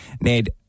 Ned